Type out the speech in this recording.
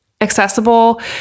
accessible